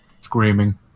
screaming